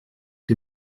die